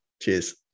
Cheers